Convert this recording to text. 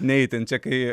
ne itin čia kai